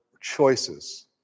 choices